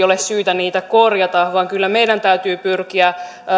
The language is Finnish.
ole syytä niitä korjata vaan kyllä meidän täytyy pyrkiä